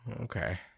okay